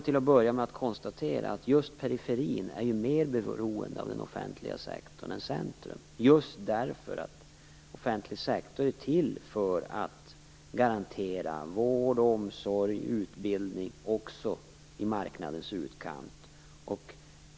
Till att börja med kan man konstatera att periferin är mer beroende av den offentliga sektorn än vad centrum är. Den offentliga sektorn är nämligen till för att garantera vård, omsorg och utbildning också i marknadens utkant.